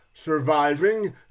surviving